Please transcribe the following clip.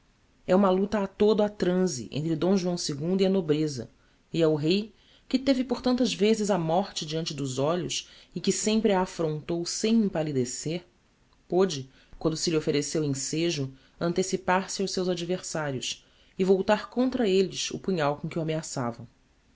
é uma luta a todo a transe entre d joão ii e a nobreza e el-rei que teve por tantas vezes a morte diante dos olhos e que sempre a affrontou sem empallidecer pôde quando se lhe offereceu ensejo antecipar se aos seus adversarios e voltar contra elles o punhal com que o ameaçavam